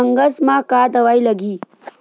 Fungus म का दवाई लगी?